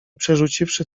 przerzuciwszy